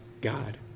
God